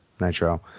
Nitro